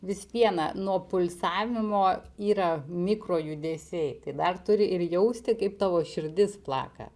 vis viena nuo pulsavimo yra mikro judesiai tai dar turi ir jausti kaip tavo širdis plaka